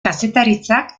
kazetaritzak